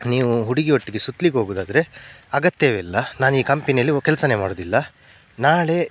ನೀವು ಹುಡುಗಿಯೊಟ್ಟಿಗೆ ಸುತ್ಲಿಕ್ಕೋಗೋದಾದ್ರೆ ಅಗತ್ಯವಿಲ್ಲ ನಾನು ಈ ಕಂಪೆನಿಯಲ್ಲಿ ವ್ ಕೆಲಸನೇ ಮಾಡೋದಿಲ್ಲ ನಾಳೆ